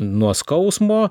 nuo skausmo